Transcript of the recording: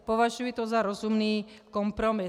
Považuji to za rozumný kompromis.